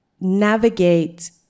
navigate